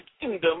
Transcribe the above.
kingdom